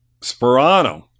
Sperano